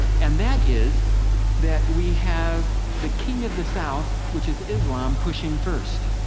and that is that we have the king of the south, which is islam, pushing first.